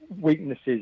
weaknesses